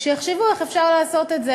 שיחשבו איך אפשר לעשות את זה.